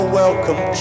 welcome